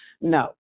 No